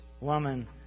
woman